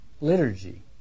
liturgy